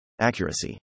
Accuracy